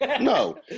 No